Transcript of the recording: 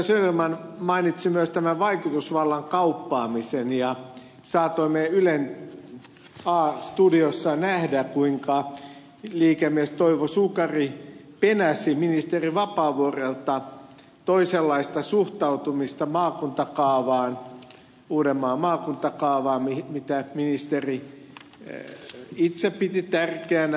söderman mainitsi myös tämän vaikutusvallan kauppaamisen ja saatoimme ylen a studiossa nähdä kuinka liikemies toivo sukari penäsi ministeri vapaavuorelta toisenlaista suhtautumista uudenmaan maakuntakaavaan jota ministeri itse piti tärkeänä